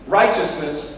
righteousness